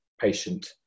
patient